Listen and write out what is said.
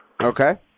Okay